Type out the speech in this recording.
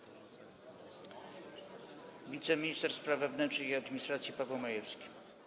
Proszę, wiceminister spraw wewnętrznych i administracji Paweł Majewski.